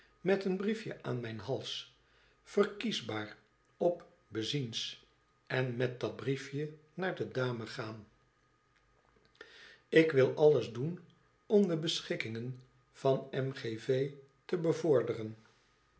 met een briefje aan mijn hals verkiesbaar op bsziens en met dat briefje naar de dame gaan ik wil alles doen om de beschikkingen van m g v te bevorderen